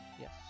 Yes